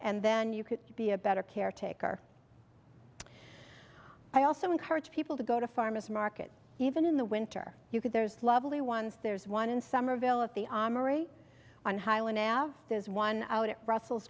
and then you could be a better caretaker i also encourage people to go to farmers market even in the winter you could there's lovely ones there's one in somerville at the armory on highland nav there's one out at brussels